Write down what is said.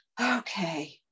okay